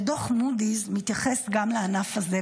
ודוח מודי'ס מתייחס גם לענף הזה.